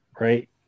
right